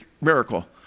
miracle